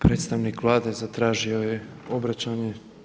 Predstavnik Vlade zatražio je obraćanje.